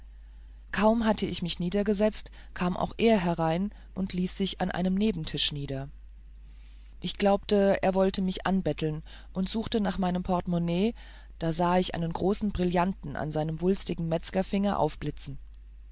kaum hatte ich mich niedergesetzt kam auch er herein und ließ sich an einem nebentisch nieder ich glaubte er wolle mich anbetteln und suchte schon nach meinem portemonnai da sah ich einen großen brillanten an seinen wulstigen metzgerfingern aufblitzen